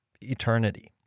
eternity